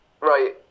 Right